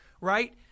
right